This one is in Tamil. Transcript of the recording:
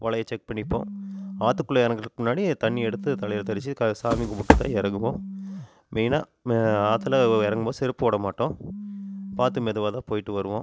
வலையை செக் பண்ணிப்போம் ஆற்றுக்குள்ள இறங்குறதுக்கு முன்னாடி தண்ணி எடுத்து தலையில் தெளித்து க சாமி கும்பிட்டு தான் இறங்குவோம் மெயினாக ம ஆற்றுல இறங்கும் போது செருப்பு போட மாட்டோம் பார்த்து மெதுவாக தான் போயிட்டு வருவோம்